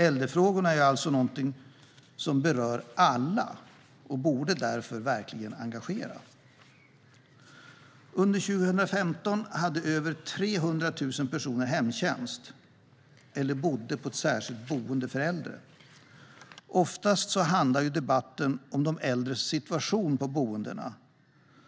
Äldrefrågorna är alltså något som berör alla och därför verkligen borde engagera. Under 2015 hade över 300 000 personer hemtjänst eller bodde på ett särskilt boende för äldre. Oftast handlar debatten om de äldres situation